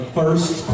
first